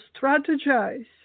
strategize